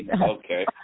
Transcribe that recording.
Okay